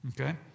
Okay